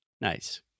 Nice